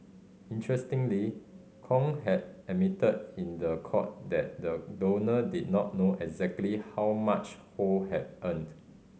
interestingly Kong had admitted in the court that the donor did not know exactly how much Ho had earned